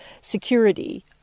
security